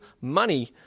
money